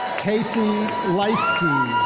casey lajszky.